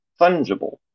fungible